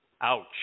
Ouch